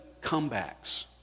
comebacks